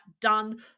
done